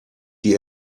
die